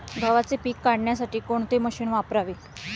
गव्हाचे पीक काढण्यासाठी कोणते मशीन वापरावे?